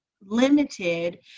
limited